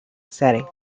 setting